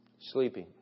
Sleeping